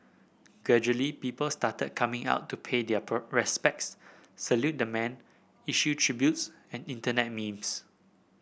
gradually people started coming out to pay their respects salute the man issue tributes and Internet memes